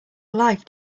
life